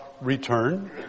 return